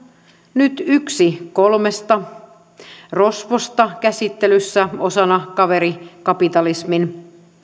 nyt yksi kolmesta rosvosta käsittelyssä osana kaverikapitalismin